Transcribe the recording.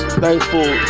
thankful